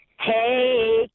Hey